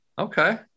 Okay